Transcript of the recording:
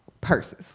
purses